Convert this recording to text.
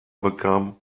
bekam